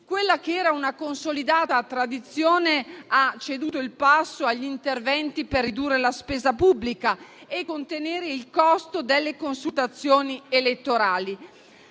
Quella che era una consolidata tradizione ha ceduto il passo agli interventi per ridurre la spesa pubblica e contenere il costo delle consultazioni elettorali.